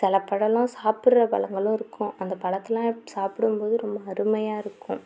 சில பழலான் சாப்பிட்ற பழங்களும் இருக்கும் அந்தப் பழத்தலாம் சாப்பிடும் போது ரொம்ப அருமையாக இருக்கும்